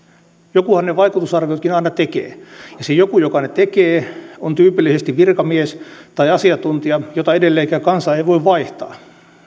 jokuhan ne vaikutusarviotkin aina tekee ja se joku joka ne tekee on tyypillisesti virkamies tai asiantuntija jota edelleenkään kansa ei voi vaihtaa